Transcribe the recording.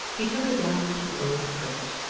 he took her down into the old crypt,